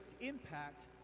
impact